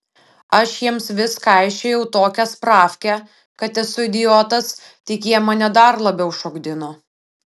aš jiems vis kaišiojau tokią spravkę kad esu idiotas tik jie mane dar labiau šokdino